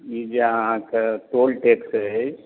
ई जे अहाँके toll tax अछि